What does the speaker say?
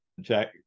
Jack